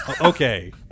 okay